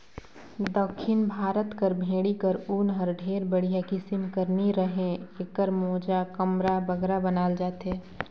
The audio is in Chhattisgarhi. दक्खिन भारत कर भेंड़ी कर ऊन हर ढेर बड़िहा किसिम कर नी रहें एकर मोजा, कमरा बगरा बनाल जाथे